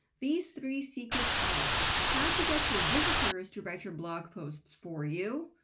these three secrets are how to get your visitors to write your blog posts for you,